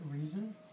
reason